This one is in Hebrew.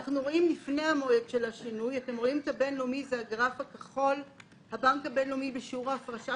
אנחנו רואים שהבנק הבינלאומי בשיעור ההפרשה